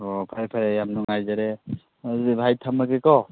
ꯑꯣ ꯐꯔꯦ ꯐꯔꯦ ꯌꯥꯝ ꯅꯨꯡꯉꯥꯏꯖꯔꯦ ꯑꯗꯨꯗꯤ ꯚꯥꯏ ꯊꯝꯃꯒꯦꯀꯣ